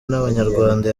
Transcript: n’abanyarwanda